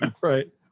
Right